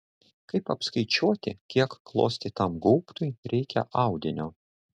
kaip apskaičiuoti kiek klostytam gaubtui reikia audinio